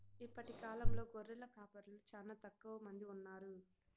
ఇప్పటి కాలంలో గొర్రెల కాపరులు చానా తక్కువ మంది ఉన్నారు